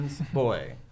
boy